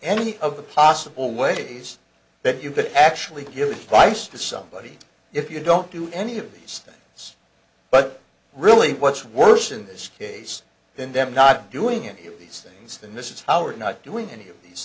any of the possible ways that you could actually give vice to somebody if you don't do any of these so but really what's worse in this case than them not doing any of these things and this is howard not doing any of these